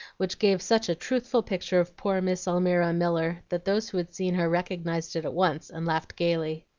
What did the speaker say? which gave such a truthful picture of poor miss almira miller that those who had seen her recognized it at once, and laughed gayly.